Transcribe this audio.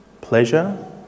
pleasure